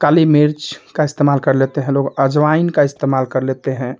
काली मिर्च का इस्तेमाल कर लेते हैं लोग अजवाइन का इस्तेमाल कर लेते हैं